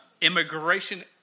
Immigration